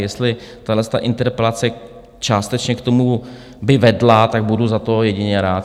Jestli tahleta interpelace částečně k tomu by vedla, budu za to jedině rád.